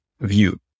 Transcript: view